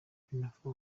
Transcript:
binavugwa